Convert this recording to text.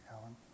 Alan